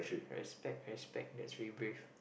respect respect that's very brave